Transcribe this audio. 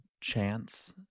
chance